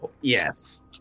yes